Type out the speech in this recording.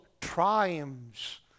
triumphs